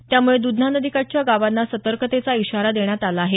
त्यामुळे दुधना नदीकाठच्या गावांना सतर्कतेचा इशारा देण्यात आला आहे